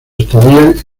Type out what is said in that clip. estadía